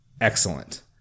excellent